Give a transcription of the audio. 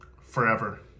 forever